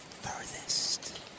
furthest